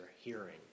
hearing